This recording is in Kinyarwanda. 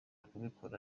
kubikora